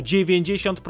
90%